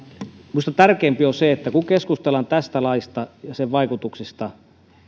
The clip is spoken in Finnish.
minusta tärkeämpää on se että kun keskustellaan tästä laista ja sen vaikutuksista